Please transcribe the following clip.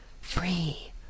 Free